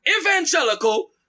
evangelical